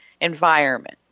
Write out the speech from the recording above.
environment